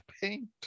paint